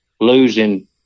losing